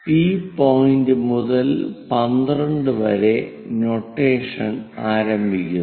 P point മുതൽ 12 വരെ notation ആരംഭിക്കുന്നു